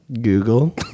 Google